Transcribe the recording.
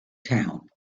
town